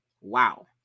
Wow